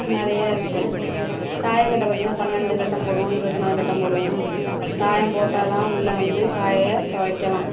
நிறையா இருக்கு தாயக்கட்டை பார்த்தீங்கன்னா பன்னெண்டு கட்டம் போடுவோம் இருபத்து நாலு கட்டம் போடுவோம் தாயம் போட்டால்தான் உள்ளே வந்து காயை வைக்கலாம்